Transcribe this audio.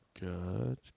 Good